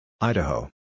Idaho